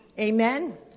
Amen